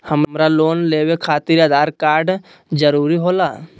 हमरा लोन लेवे खातिर आधार कार्ड जरूरी होला?